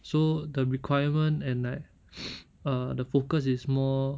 so the requirement and like uh the focus is more